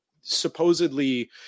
supposedly